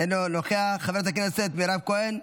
אינו נוכח, חברת הכנסת מירב כהן,